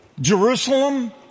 Jerusalem